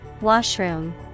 Washroom